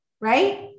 Right